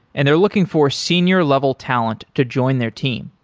and they're looking for senior level talent to join their team.